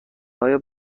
های